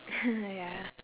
ya